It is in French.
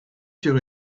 sur